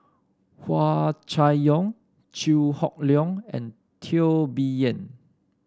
Hua Chai Yong Chew Hock Leong and Teo Bee Yen